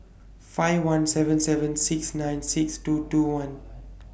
five one seven seven six nine six two two one